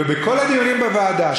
ובכל הדיונים בוועדה,